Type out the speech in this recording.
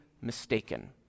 mistaken